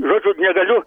žodžiu negaliu